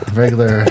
regular